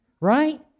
right